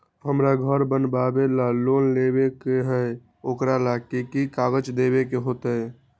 हमरा घर बनाबे ला लोन लेबे के है, ओकरा ला कि कि काग़ज देबे के होयत?